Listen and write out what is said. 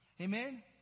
Amen